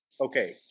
okay